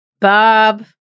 Bob